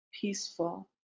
peaceful